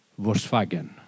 Volkswagen